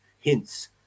hints